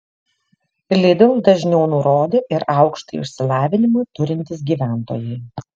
lidl dažniau nurodė ir aukštąjį išsilavinimą turintys gyventojai